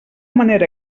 manera